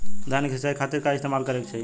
धान के सिंचाई खाती का इस्तेमाल करे के चाही?